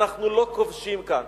אנחנו לא כובשים כאן.